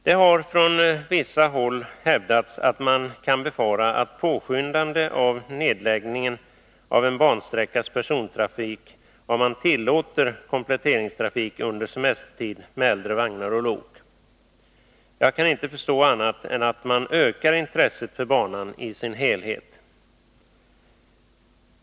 Det har från vissa håll hävdats att man kan befara ett påskyndande av nedläggningen av en bansträckas persontrafik, om man tillåter kompletteringstrafik under semestertid med äldre vagnar och lok. Jag kan inte förstå annat än att man ökar intresset för banan i dess helhet.